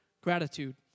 gratitude